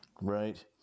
right